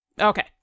Okay